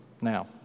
now